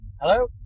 Hello